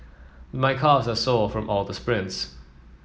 my calves are sore from all the sprints